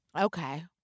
Okay